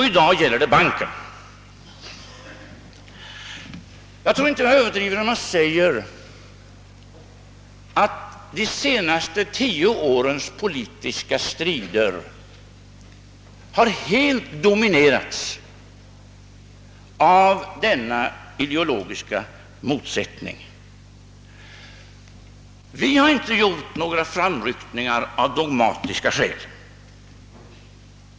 I dag gäller det investeringsbanken. Jag överdriver om jag säger att de senaste tio årens politiska strider helt har dominerats av denna ideologiska motsättning. Vi socialdemokrater har inte gjort några framryckningar av dogmatiska skäl.